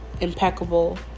impeccable